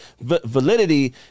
Validity